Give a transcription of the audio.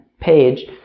page